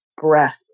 breath